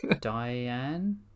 Diane